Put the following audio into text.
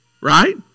Right